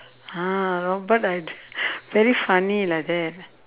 ah robot like very funny like that